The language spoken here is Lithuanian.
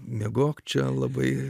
miegok čia labai